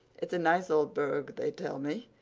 it's a nice old burg, they tell me,